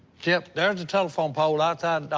jep, there's a telephone pole outside